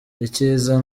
icyiza